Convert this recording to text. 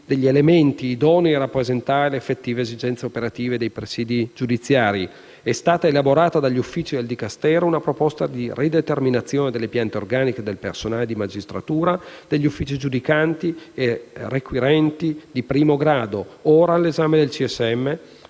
degli elementi idonei a rappresentare le effettive esigenze operative dei presidi giudiziari, è stata elaborata dagli uffici del Dicastero una proposta di rideterminazione delle piante organiche del personale di magistratura degli uffici giudicanti e requirenti di primo grado, ora all'esame del